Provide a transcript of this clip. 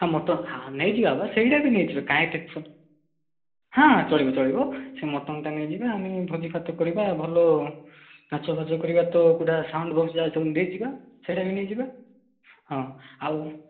ହଁ ମଟନ୍ ହଁ ନେଇଯିବା ବା ସେଇଟା ବି ନେଇଯିବା କାଇଁ ଟେନସନ୍ ହଁ ଚଳିବ ଚଳିବ ସେ ମଟନ୍ଟା ନେଇଯିବା ଆମେ ଭୋଜିଭାତ କରିବା ଭଲ ମାଛ ଫାଛ କରିବା ତ ଗୋଟା ସାଉଣ୍ଡ୍ ବକ୍ସ ଯାକ ନେଇଯିବା ସେଇଟା ବି ନେଇଯିବା ହଁ ଆଉ